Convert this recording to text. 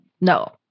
No